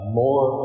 more